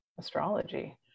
astrology